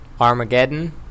Armageddon